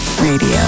Radio